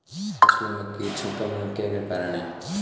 फसलों में कीट संक्रमण के क्या क्या कारण है?